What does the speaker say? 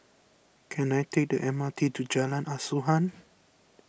can I take the M R T to Jalan Asuhan